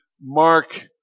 Mark